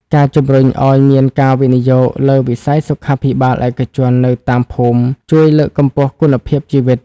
ការជម្រុញឱ្យមានការវិនិយោគលើ "វិស័យសុខាភិបាលឯកជន" នៅតាមភូមិ ជួយលើកកម្ពស់គុណភាពជីវិត។